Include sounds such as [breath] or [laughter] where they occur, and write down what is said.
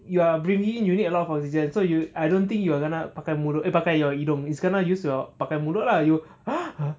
you are breathing in you need a lot of oxygen so you I don't think you are gonna pakai mulut eh pakai your hidung ya it's kena use your pakai mulut lah you [breath]